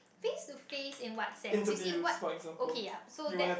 face to face in what sense you see what okay yup so that's